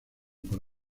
por